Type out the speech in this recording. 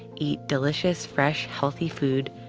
eat delicious fresh healthy food,